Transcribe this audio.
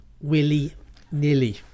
willy-nilly